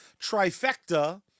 trifecta